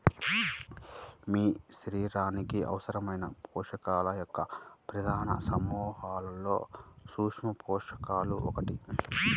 మీ శరీరానికి అవసరమైన పోషకాల యొక్క ప్రధాన సమూహాలలో సూక్ష్మపోషకాలు ఒకటి